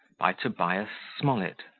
by tobias smollett